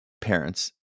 parents